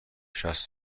شصت